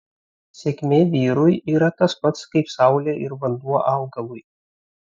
sėkmė vyrui yra tas pats kaip saulė ir vanduo augalui